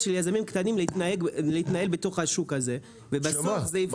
של יזמים קטנים להתנהל בתוך השוק הזה ובסוף זה יפגע.